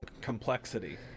complexity